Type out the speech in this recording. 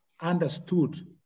understood